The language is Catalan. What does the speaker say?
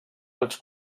els